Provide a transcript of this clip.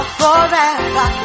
forever